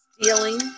stealing